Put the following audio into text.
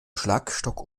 schlagstock